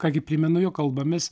ką gi primenu jog kalbamės